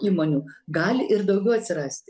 įmonių gali ir daugiau atsirasti